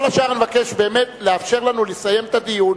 כל השאר, אני מבקש באמת לאפשר לנו לסיים את הדיון.